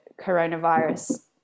coronavirus